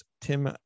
Tim